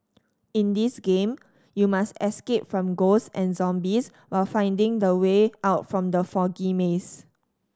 in this game you must escape from ghost and zombies while finding the way out from the foggy maze